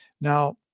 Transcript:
Now